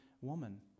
woman